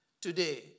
today